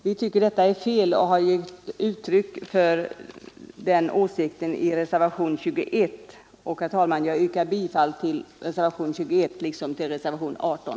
Vi tycker att detta är fel och har givit uttryck för den åsikten i reservationen 21, och jag yrkar, herr talman, bifall till reservationen 21 liksom till reservationen 18.